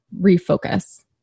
refocus